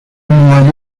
nueva